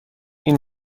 این